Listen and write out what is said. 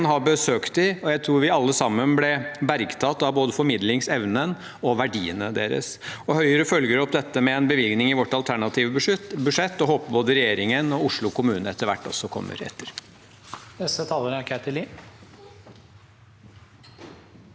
har besøkt dem, og jeg tror vi alle sammen ble bergtatt av både formidlingsevnen og verdiene deres. Høyre følger opp dette med en bevilgning i vårt alternative budsjett og håper både regjeringen og Oslo kommune kommer etter